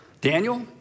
Daniel